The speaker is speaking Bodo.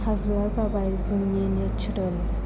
हाजोआ जाबाय जोंनि नेचारेल